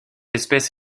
espèce